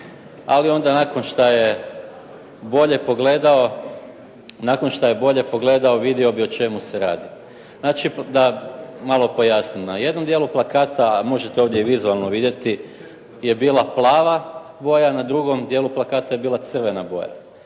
ali onda nakon šta je bolje pogledao vidio bi o čemu se radi. Znači, da malo pojasnimo. Na jednom dijelu plakata, možete ovdje i vizualno vidjeti, je bila plava boja, na drugom dijelu plakata je bila crvena boja.